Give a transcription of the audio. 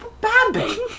Bambi